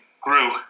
grew